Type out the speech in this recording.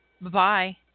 Bye-bye